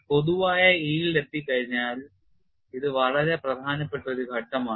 പൊതുവായ yield എത്തികഴിഞ്ഞാൽ ഇത് വളരെ പ്രധാനപ്പെട്ട ഒരു ഘട്ടമാണ്